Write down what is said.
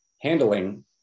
handling